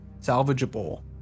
salvageable